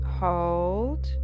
hold